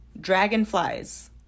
dragonflies